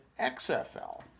XFL